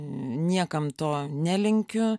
niekam to nelinkiu